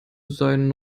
seinen